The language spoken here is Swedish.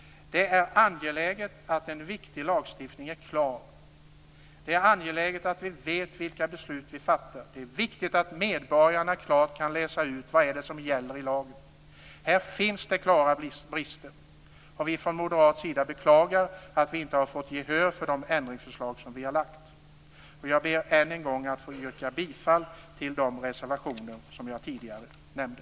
Det är angeläget att en viktig lagstiftning är klar. Det är angeläget att vi vet vilka beslut vi fattar. Det är viktigt att medborgarna klart kan läsa ut vad det är som gäller i lagen. Här finns det klara brister. Vi moderater beklagar att vi inte har fått gehör för de ändringsförslag som vi har lagt fram. Jag ber än en gång att få yrka bifall till de reservationer som jag tidigare nämnde.